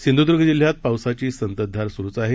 सिंधूदुर्ग जिल्ह्यात पावसाची संततधार सुरूच आहे